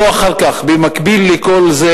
ובמקביל לכל זה,